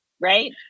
Right